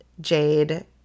Jade